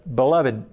beloved